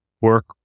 work